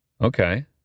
Okay